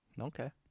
Okay